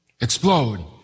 explode